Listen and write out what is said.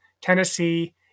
Tennessee